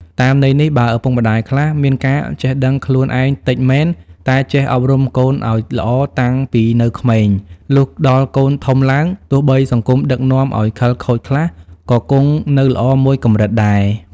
តាមន័យនេះ បើឪពុកម្ដាយខ្លះ មានការចេះដឹងខ្លួនឯងតិចមែន តែចេះអប់រំកូនឲ្យល្អតាំងពីនៅក្មេង លុះដល់កូនធំឡើង ទោះបីសង្គមដឹកនាំឲ្យខិលខូចខ្លះ ក៏គង់នៅល្អមួយកម្រិតដែរ ។